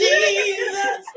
Jesus